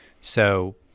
So-